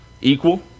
Equal